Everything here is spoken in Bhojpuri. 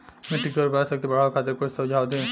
मिट्टी के उर्वरा शक्ति बढ़ावे खातिर कुछ सुझाव दी?